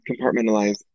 compartmentalize